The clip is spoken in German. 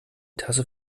tasse